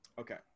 Okay